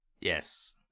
Yes